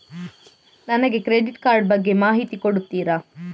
ನನಗೆ credit card ಬಗ್ಗೆ ಮಾಹಿತಿ ಕೊಡುತ್ತೀರಾ?